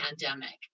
pandemic